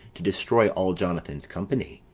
to destroy all jonathan's company.